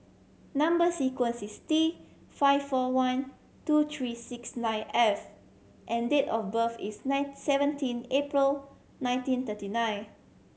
number sequence is T five four one two three six nine F and date of birth is ninth seventeen April nineteen thirty nine